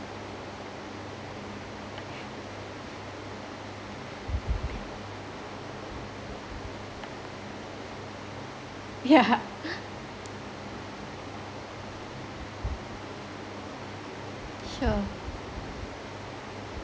yeah sure